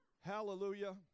Hallelujah